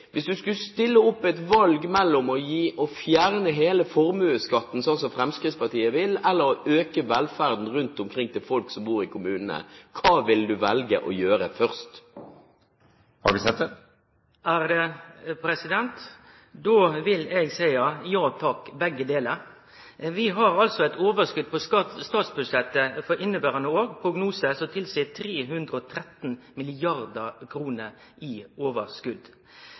Hvis du har valget mellom å fjerne hele formuesskatten, slik som Fremskrittspartiet vil, og å øke velferden rundt omkring til folk som bor i kommunene, hva ville du velge å gjøre først? Då vil eg seie: Ja takk begge deler. Vi har altså eit overskot på statsbudsjettet for inneverande år. Prognosane tilseier 313 mrd. kr i